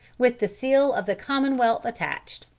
with the seal of the commonwealth attached.